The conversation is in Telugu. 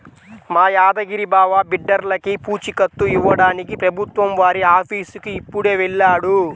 మా యాదగిరి బావ బిడ్డర్లకి పూచీకత్తు ఇవ్వడానికి ప్రభుత్వం వారి ఆఫీసుకి ఇప్పుడే వెళ్ళాడు